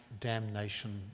damnation